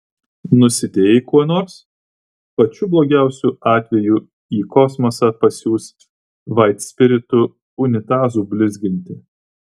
nusidėjai kuo nors pačiu blogiausiu atveju į kosmosą pasiųs vaitspiritu unitazų blizginti